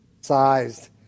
sized